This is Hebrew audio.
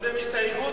קודם ההסתייגות,